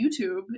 YouTube